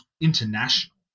international